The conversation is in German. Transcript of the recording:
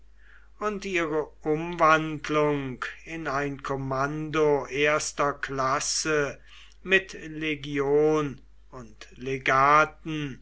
und ihre umwandlung in ein kommando erster klasse mit legion und legaten